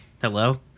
Hello